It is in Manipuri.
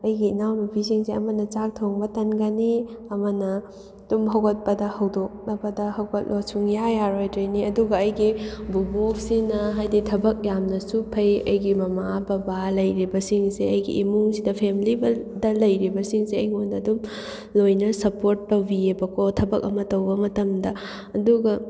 ꯑꯩꯒꯤ ꯏꯅꯥꯎꯅꯨꯄꯤꯁꯤꯡꯁꯦ ꯑꯃꯅ ꯆꯥꯛ ꯊꯣꯡꯕ ꯇꯟꯒꯅꯤ ꯑꯃꯅ ꯇꯨꯝ ꯍꯧꯒꯠꯄꯗ ꯍꯧꯗꯣꯛꯅꯕꯗ ꯍꯧꯒꯠꯂꯣ ꯁꯨꯡꯌꯥ ꯌꯥꯔꯣꯏꯗꯣꯏꯅꯤ ꯑꯗꯨꯒ ꯑꯩꯒꯤ ꯕꯨꯕꯣꯛꯁꯤꯅ ꯍꯥꯏꯗꯤ ꯊꯕꯛ ꯌꯥꯝꯅꯁꯨ ꯐꯩ ꯑꯩꯒꯤ ꯃꯃꯥ ꯕꯕꯥ ꯂꯩꯔꯤꯕꯁꯤꯡꯁꯦ ꯑꯩꯒꯤ ꯏꯃꯨꯡꯁꯤꯗ ꯐꯦꯃꯤꯂꯤꯗ ꯂꯩꯔꯤꯕꯁꯤꯡꯁꯦ ꯑꯩꯉꯣꯟꯗ ꯑꯗꯨꯝ ꯂꯣꯏꯅ ꯁꯄꯣꯔꯠ ꯇꯧꯕꯤꯌꯦꯕꯀꯣ ꯊꯕꯛ ꯑꯃ ꯇꯧꯕ ꯃꯇꯝꯗ ꯑꯗꯨꯒ